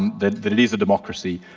that that it is a democracy.